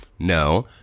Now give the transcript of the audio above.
no